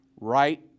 right